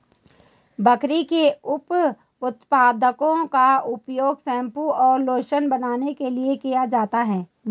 बकरी के उप उत्पादों का उपयोग शैंपू और लोशन बनाने के लिए किया जाता है